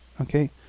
okay